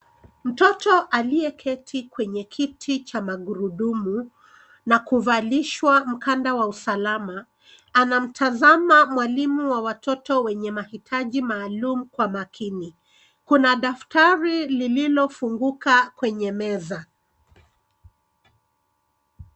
Mtoto aliyeketi kwenye kiti cha magurudumu na kuvalishwa mkanda wa usalama anamtazama mwalimu wa watoto wenye mahitaji maalum kwa makini. Kuna daftari lililofunguka kwenye meza.